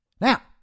Now